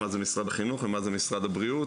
מה זה משרד החינוך ומה זה משרד הבריאות,